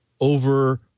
over